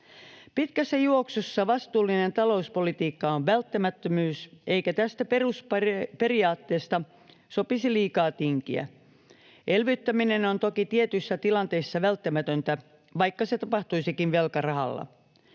Pitkässä juoksussa vastuullinen talouspolitiikka on välttämättömyys, eikä tästä perusperiaatteesta sopisi liikaa tinkiä. Elvyttäminen on toki tietyissä tilanteissa välttämätöntä, vaikka se tapahtuisikin velkarahalla.